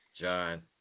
john